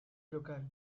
local